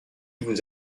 vous